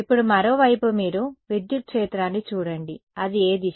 ఇప్పుడు మరోవైపు మీరు విద్యుత్ క్షేత్రాన్ని చూడండి అది ఏ దిశ